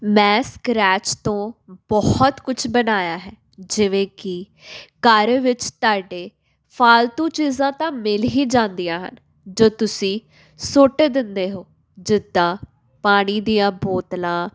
ਮੈਂ ਸਕਰੈਚ ਤੋਂ ਬਹੁਤ ਕੁਛ ਬਣਾਇਆ ਹੈ ਜਿਵੇਂ ਕਿ ਘਰ ਵਿੱਚ ਤੁਹਾਡੇ ਫਾਲਤੂ ਚੀਜ਼ਾਂ ਤਾਂ ਮਿਲ ਹੀ ਜਾਂਦੀਆਂ ਹਨ ਜੋ ਤੁਸੀਂ ਸੁੱਟ ਦਿੰਦੇ ਹੋ ਜਿੱਦਾਂ ਪਾਣੀ ਦੀਆਂ ਬੋਤਲਾਂ